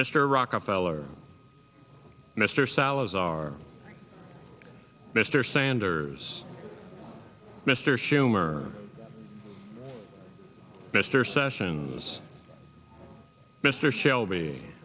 mr rockefeller mr salazar mr sanders mr schumer mr sessions mr shelby